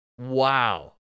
Wow